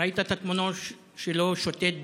ראית את התמונות שלו שותת דם?